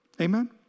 Amen